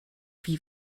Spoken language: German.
wie